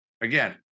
again